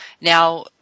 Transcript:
Now